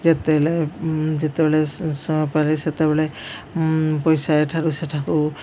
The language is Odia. ଯେତେବେଳେ ଯେତେବେଳେ ପାରେ ସେତେବେଳେ ପଇସା ଏଠାରୁ ସେଠାକୁ